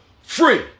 Free